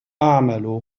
أعمل